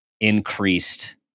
increased